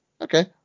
okay